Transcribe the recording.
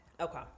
Okay